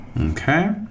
Okay